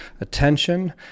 attention